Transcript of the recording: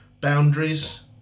Boundaries